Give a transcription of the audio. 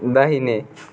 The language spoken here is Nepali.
दाहिने